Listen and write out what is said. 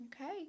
okay